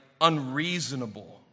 unreasonable